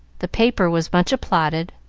the paper was much applauded,